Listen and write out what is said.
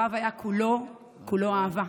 הרב היה כולו כולו אהבה.